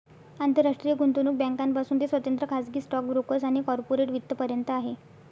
आंतरराष्ट्रीय गुंतवणूक बँकांपासून ते स्वतंत्र खाजगी स्टॉक ब्रोकर्स आणि कॉर्पोरेट वित्त पर्यंत आहे